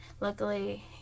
Luckily